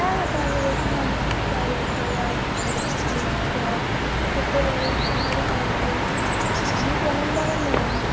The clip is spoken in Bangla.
হ্যাঁ হ্যাঁ পাওয়া যাবে এখানে অনেক কিছুই পাওয়া যাবে সালোয়ার শাড়ি জিন্স টপ ছোটো বড় সবারই পাওয়া যাবে আপনি কেমন দামের নেবেন